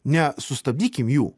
nesustabdykim jų